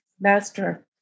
Master